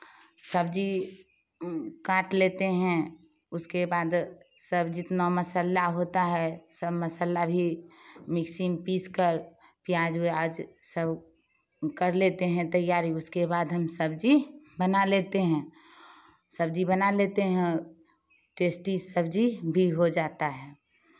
सब्जी काट लेते हैं उसके बाद सब जितना मसाला होता है सब मसाला भी मिक्सी में पीस कर प्याज वियाज सब कर लेते हैं तैयारी उसके बाद हम सब्जी बना लेते हैं सब्जी बना लेते हैं टेस्टी सब्जी भी हो जाता है